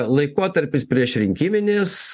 laikotarpis priešrinkiminis